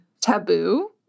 taboo